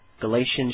Galatians